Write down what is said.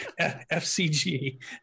FCG